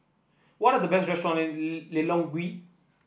what are the best restaurants in Lilongwe